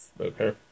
Okay